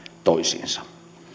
toisiinsa